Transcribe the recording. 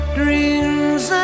dreams